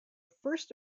first